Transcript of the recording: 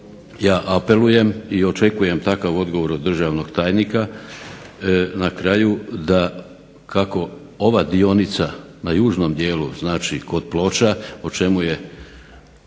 ja apelujem i očekujem takav odgovor od državnog tajnika, na kraju da kako ova dionica na južnom dijelu kod Ploča, o čemu je